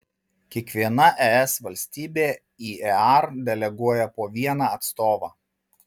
kiekviena es valstybė į ear deleguoja po vieną atstovą